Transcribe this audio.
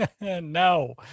No